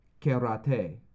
karate